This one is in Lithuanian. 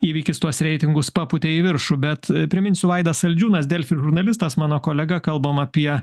įvykis tuos reitingus papūtė į viršų bet priminsiu vaidas saldžiūnas delfi žurnalistas mano kolega kalbam apie